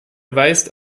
weist